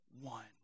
one